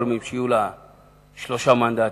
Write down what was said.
שיהיו לה שניים או שלושה מנדטים,